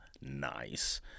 nice